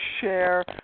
share